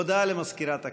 הודעה למזכירת הכנסת.